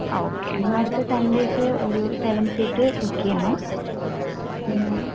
ആഹ് okay എന്നാൽ അടുത്ത സൺഡേയ്ക്ക് ഒരു സെവൻ സീറ്റ് ബുക്ക് ചെയ്യണം പിന്നേ